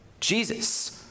Jesus